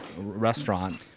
restaurant